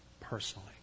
personally